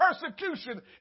persecution